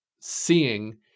seeing